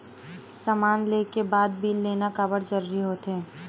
समान ले के बाद बिल लेना काबर जरूरी होथे?